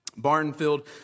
Barnfield